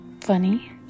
funny